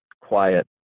quiet